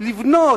לבנות,